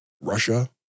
Russia